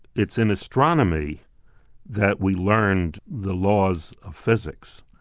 it's in astronomy that we learned the laws of physics.